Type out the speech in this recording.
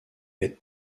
est